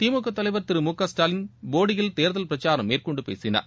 திமுக தலைவர் திரு மு க ஸ்டாலின் போடியில் தேர்தல் பிரக்சாரம் மேற்கொண்டு பேசினார்